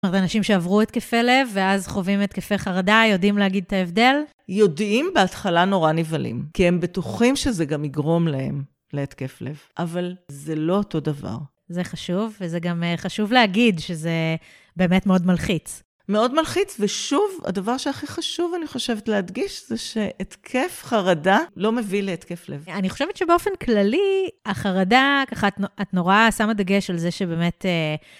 זאת אומרת, אנשים שעברו התקפי לב, ואז חווים התקפי חרדה, יודעים להגיד את ההבדל? יודעים בהתחלה נורא נבהלים, כי הם בטוחים שזה גם יגרום להם להתקף לב, אבל זה לא אותו דבר. זה חשוב, וזה גם חשוב להגיד שזה באמת מאוד מלחיץ. מאוד מלחיץ, ושוב, הדבר שהכי חשוב, אני חושבת, להדגיש, זה שהתקף חרדה לא מביא להתקף לב. אני חושבת שבאופן כללי, החרדה, ככה את נורא שמה דגש על זה שבאמת,